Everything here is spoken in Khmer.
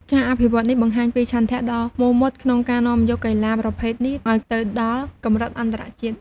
ការអភិវឌ្ឍនេះបង្ហាញពីឆន្ទៈដ៏មោះមុតក្នុងការនាំយកកីឡាប្រភេទនេះឱ្យទៅដល់កម្រិតអន្តរជាតិ។